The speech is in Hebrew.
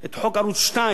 את חוק ערוץ-2,